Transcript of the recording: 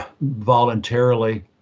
voluntarily